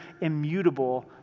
immutable